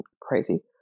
crazy